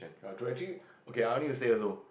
ya true actually okay I need to say also